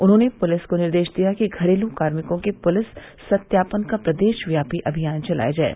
उन्होंने पुलिस को निर्देश दिया है कि घरेलू कार्मिकों के पुलिस सत्यापन का प्रदेश व्यापी अभियान चलाया जाये